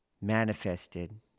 manifested